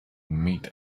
meet